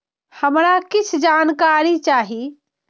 हमरा कीछ जानकारी चाही